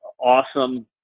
awesome